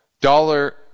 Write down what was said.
Dollar